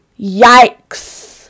Yikes